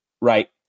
right